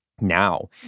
Now